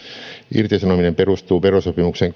irtisanominen perustuu verosopimuksen